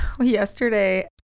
yesterday